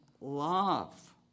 love